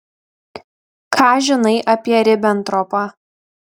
ką žinai apie ribentropą